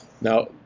Now